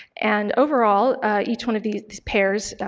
and overall each one of these pairs